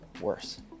worse